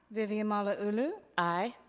vivian malauulu. aye.